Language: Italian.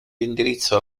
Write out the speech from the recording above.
indirizzo